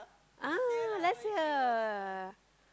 ah last year